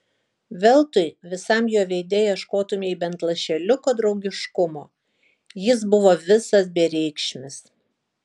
veltui visam jo veide ieškotumei bent lašeliuko draugiškumo jis buvo visas bereikšmis